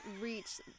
reach